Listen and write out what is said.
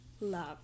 love